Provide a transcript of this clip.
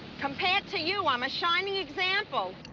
compared to you, i'm a shining example!